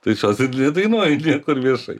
tai aš jos ir nedainuoju niekur viešai